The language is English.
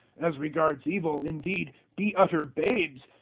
as regards evil, indeed, be utter babes,